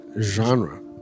Genre